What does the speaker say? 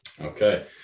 Okay